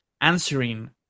answering